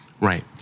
Right